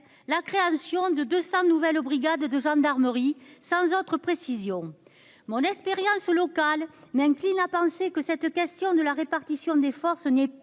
la création de 200 nouvelles brigades de gendarmerie, sans autre précision, mon expérience locale m'incline à penser que cette question de la répartition des forces n'est pas